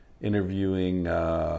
interviewing